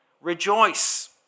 rejoice